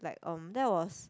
like um that was